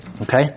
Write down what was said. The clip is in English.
Okay